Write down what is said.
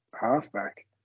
halfback